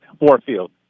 Warfield